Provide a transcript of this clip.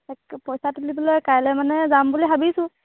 তাকে পইচা তুলিবলৈ কাইলে মানে যাম বুলি ভাবিছোঁ